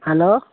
hello